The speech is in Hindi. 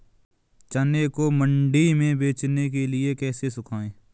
चने को मंडी में बेचने के लिए कैसे सुखाएँ?